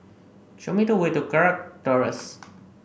show me the way to Kirk Terrace